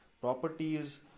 properties